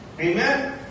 Amen